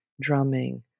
drumming